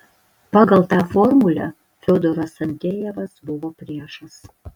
pagal tą formulę fiodoras andrejevas buvo priešas